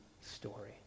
story